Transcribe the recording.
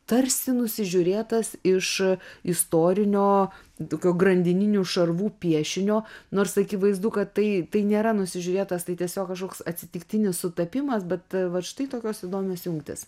tarsi nusižiūrėtas iš istorinio tokio grandininių šarvų piešinio nors akivaizdu kad tai tai nėra nusižiūrėtas tai tiesiog kažkoks atsitiktinis sutapimas bet vat štai tokios įdomios jungtys